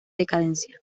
decadencia